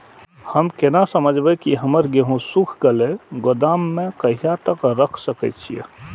हम केना समझबे की हमर गेहूं सुख गले गोदाम में कहिया तक रख सके छिये?